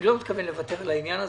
אני לא מתכוון לוותר על העניין הזה.